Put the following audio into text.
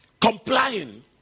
complying